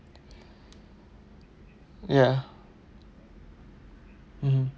ya mmhmm